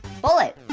bullet.